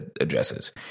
addresses